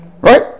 right